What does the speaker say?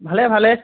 ভালে ভালেই